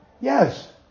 yes